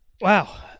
wow